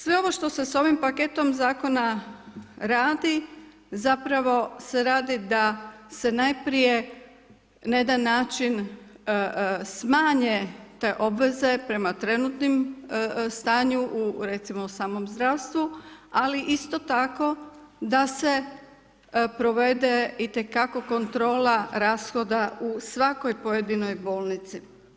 Sve ovo što se s ovim paketom zakona radi, zapravo se radi da se najprije, na jedan način smanje te obveze prema trenutnom stanju, recimo u samom zdravstvu, ali isto tako, da se provede itekako kontrola rashoda u svakoj pojedinoj bolnici.